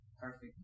Perfect